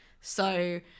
So-